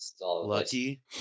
Lucky